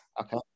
okay